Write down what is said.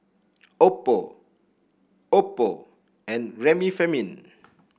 Oppo Oppo and Remifemin